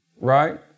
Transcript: right